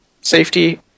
safety